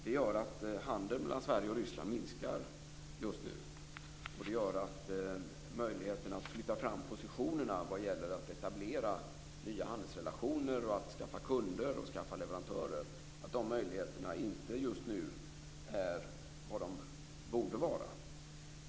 Det gör att handeln mellan Sverige och Ryssland minskar just nu, och det gör att möjligheterna att flytta fram positionerna vad gäller att etablera nya handelsrelationer och skaffa kunder och leverantörer inte är vad de borde vara.